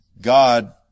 God